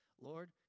Lord